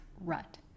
rut